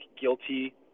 guilty